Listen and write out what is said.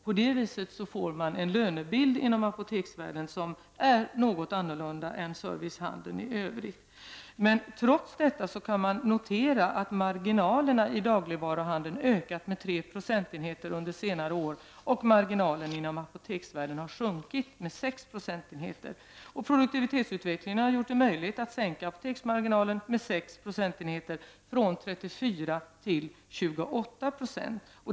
På det viset får man en lönebild inom apoteksvärlden som är något annorlunda än den inom servicenäringen och handeln i övrigt. Trots detta kan man notera att marginalerna i dagligvaruhandeln har ökat med 3 procentenheter under senare år, medan marginalen inom apoteksbranschen har sjunkit med 6 procentenheter. Det är produktivitetsutvecklingen som har gjort det möjligt att sänka marginalen inom apoteksbranschen med 6 procentenheter från 34 till 28.